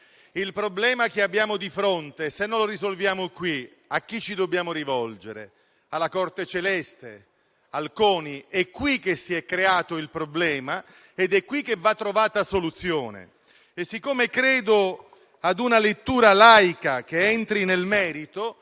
il problema che abbiamo di fronte, a chi ci dobbiamo rivolgere? Alla "corte celeste" o al CONI? È qui che si è creato il problema ed è qui che va trovata una soluzione. E siccome credo ad una lettura laica, che entri nel merito,